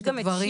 יש גם את שי"ל,